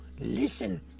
listen